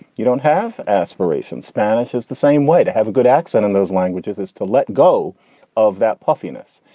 you don't have aspirations. spanish is the same way. to have a good accent in those languages is to let go of that puffiness.